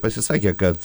pasisakė kad